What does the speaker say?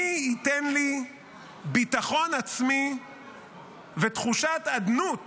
מי ייתן לי ביטחון עצמי ותחושת אדנות